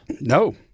No